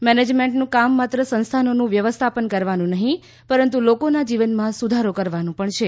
મેનેજમેન્ટનું કામ માત્ર સંસ્થાનોનું વ્યવસ્થાપન કરવાનું નહીં પરંતુ લોકોના જીવનમાં સુધારો કરવાનું પણ છે